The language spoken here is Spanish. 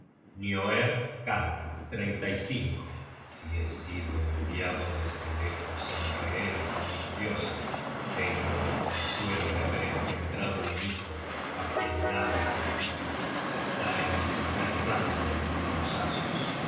un vaso innoble nioerd canta si he sido enviado desde lejos en rehenes á los dioses tengo el consuelo de haber engendrado un hijo á quien nadie critica está en el primer rango entre los asios